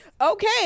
Okay